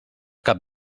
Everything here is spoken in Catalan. cap